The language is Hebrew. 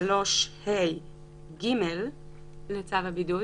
בסעיף 3(ה)(ג) לצו הבידוד?